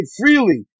freely